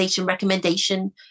recommendation